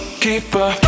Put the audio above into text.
keeper